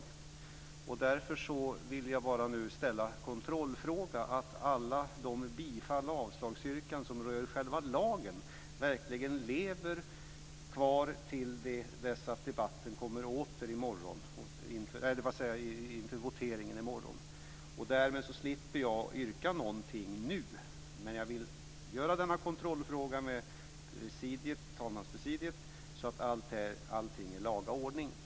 Jag vill därför nu bara ställa en kontrollfråga om att alla de bifalls och avslagsyrkanden som rör själva lagen verkligen lever kvar till dess att ärendet kommer åter till voteringen i morgon. Därmed skulle jag slippa att yrka någonting nu. Jag ställer dock denna kontrollfråga till talmanspresidiet om att allting är i laga ordning.